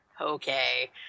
Okay